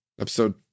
Episode